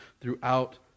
throughout